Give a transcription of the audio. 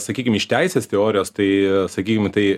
sakykim iš teisės teorijos tai sakykim tai